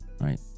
Right